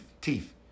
teeth